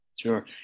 Sure